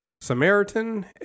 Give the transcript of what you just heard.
Samaritan